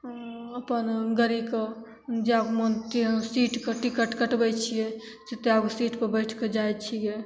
अपन गाड़ीके जैगो मोन सीटके टिकट कटबै छिए तैगो सीटपर बैठिके जाइ छिए